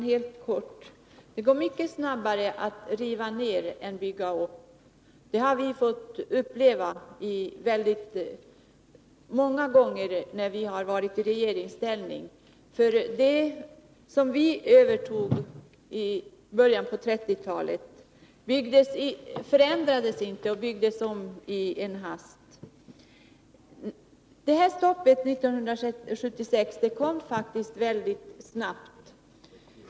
Herr talman! Det går mycket snabbare att riva ner än att bygga upp. Det har vi fått uppleva många gånger när vi varit i regeringsställning. Det som vi övertog i början av 1930-talet förändrades inte och byggdes inte om i en hast. Stoppet 1976 kom faktiskt väldigt snabbt.